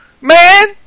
Man